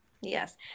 Yes